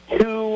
two